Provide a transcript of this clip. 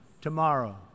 tomorrow